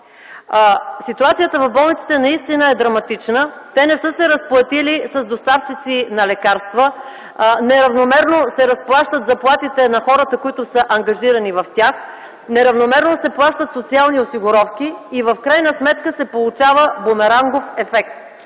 Ситуацията в болниците наистина е драматична. Те не са се разплатили с доставчици на лекарства, неравномерно се разплащат заплатите на хората, които са ангажирани в тях, неравномерно се плащат социални осигуровки и в крайна сметка се получава бумерангов ефект.